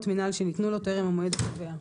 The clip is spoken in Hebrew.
מינהל שניתנו לו טרם המועד הקובע,